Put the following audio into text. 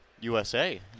USA